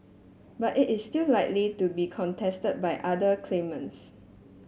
but it is still likely to be contested by other claimants